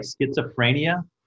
schizophrenia